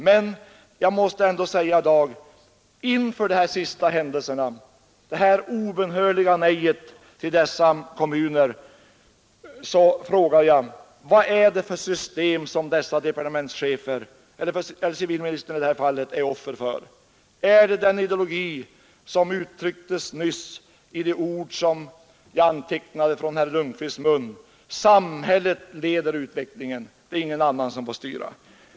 Men jag måste ändå i dag mot bakgrunden av de senaste händelserna och inför det här obönhörliga nejet till dessa kommuner fråga: Vad är det för system som i det här fallet civilministern är offer för? Är det den ideologi som nyss uttrycktes i de ord som jag antecknade från herr Lundkvists mun: ”Samhället leder utvecklingen.” Det är ingen annan som får styra.